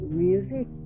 music